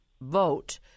vote